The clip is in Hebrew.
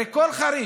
הרי כל חריש